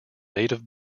native